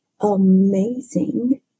amazing